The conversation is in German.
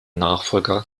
nachfolger